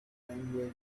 language